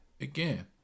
Again